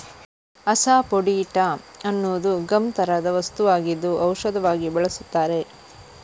asafoetida ಅನ್ನುವುದು gum ತರಹದ ವಸ್ತುವಾಗಿದ್ದು ಔಷಧವಾಗಿ ಬಳಸುತ್ತಾರೆ